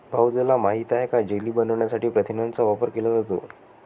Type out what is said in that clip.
भाऊ तुला माहित आहे का जेली बनवण्यासाठी प्रथिनांचा वापर केला जातो